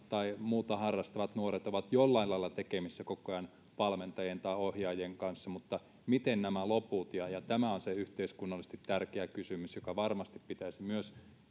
tai muuta harrastavat nuoret ovat edes jollain lailla tekemisissä koko ajan valmentajien tai ohjaajien kanssa mutta miten nämä loput ja ja tämä on se yhteiskunnallisesti tärkeä kysymys joka varmasti pitäisi myös